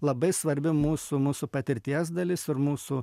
labai svarbi mūsų mūsų patirties dalis ir mūsų